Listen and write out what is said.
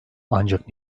ancak